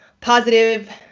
positive